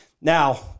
now